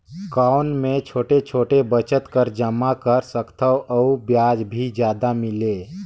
कौन मै छोटे छोटे बचत कर जमा कर सकथव अउ ब्याज भी जादा मिले?